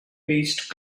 based